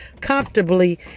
comfortably